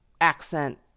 accent